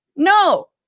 No